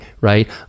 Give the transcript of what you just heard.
right